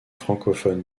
francophone